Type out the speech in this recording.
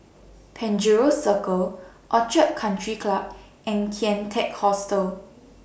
Penjuru Circle Orchid Country Club and Kian Teck Hostel